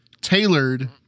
tailored